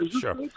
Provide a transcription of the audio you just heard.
Sure